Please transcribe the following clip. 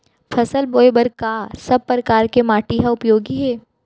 फसल बोए बर का सब परकार के माटी हा उपयोगी हे?